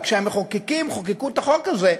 וכשהמחוקקים חוקקו את החוק הזה,